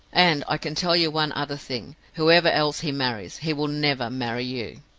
and i can tell you one other thing whoever else he marries, he will never marry you.